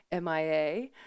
MIA